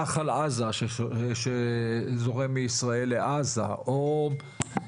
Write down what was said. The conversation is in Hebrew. נחל עזה שזורם מישראל לעזה או,